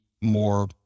more